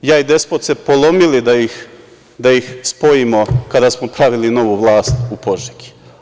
Ja i Despot se polomili da ih spojimo kada smo pravili novu vlast u Požegi.